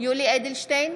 יולי יואל אדלשטיין,